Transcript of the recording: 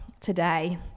today